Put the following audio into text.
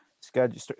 schedule